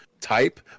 type